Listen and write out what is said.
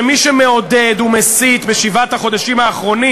שמי שמעודד ומסית בשבעת החודשים האחרונים